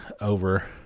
over